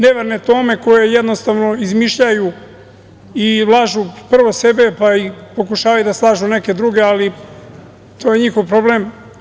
Neverne Tome“ koji jednostavno izmišljaju i lažu, prvo sebe, pa i pokušavaju da slažu neke druge, ali to je njihov problem.